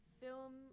film